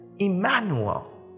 Emmanuel